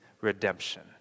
Redemption